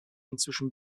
inzwischen